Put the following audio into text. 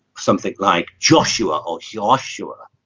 something like joshua or joshua.